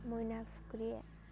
मैना फुख्रि